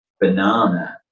banana